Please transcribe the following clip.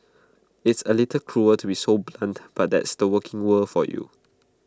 it's A little cruel to be so blunt but that's the working world for you